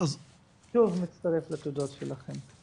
שוב מצטרף לתודות שלכם.